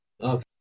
Okay